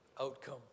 outcome